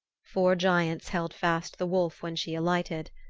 four giants held fast the wolf when she alighted.